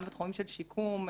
גם בתחומים של שיקום,